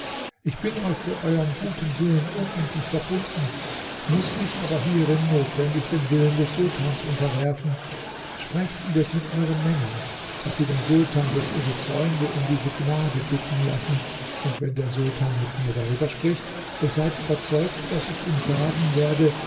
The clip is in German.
ich bin euch für euern guten willen unendlich verbunden muß mich aber hierin notwendig dem willen des sultans unterwerfen sprecht indes mit eueren männern daß sie den sultan durch ihre freunde um diese gnade bitten lassen und wenn der sultan mit mir darüber spricht so seid überzeugt daß ich ihm sagen werde